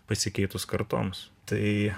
pasikeitus kartoms tai